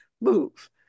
move